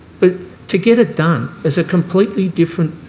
but to get it done is a completely different